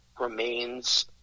remains